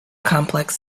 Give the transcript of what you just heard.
complex